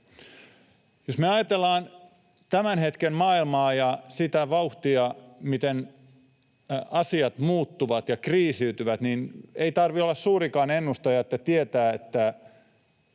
Jos me ajatellaan tämän hetken maailmaa ja sitä vauhtia, miten asiat muuttuvat ja kriisiytyvät, niin ei tarvitse olla suurikaan ennustaja, että tietää, että